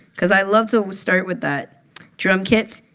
because i love to start with that drum kit,